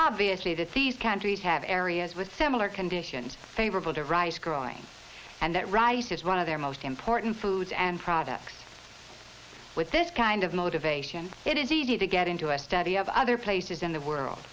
obviously that these countries have areas with similar conditions favorable to rice growing and that rice is one of their most important food and products with this kind of motivation it is easy to get into a study of other places in the world